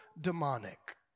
demonic